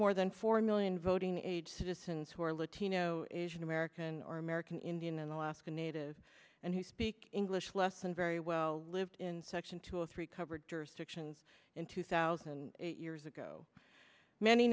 more than four million voting age citizens who are latino asian american or american indian and alaska native and who speak english less than very well lived in section two or three covered jurisdictions in two thousand and eight years ago many